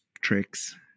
tricks